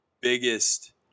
biggest